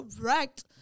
correct